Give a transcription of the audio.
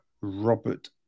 Robert